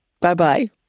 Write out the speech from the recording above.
Bye-bye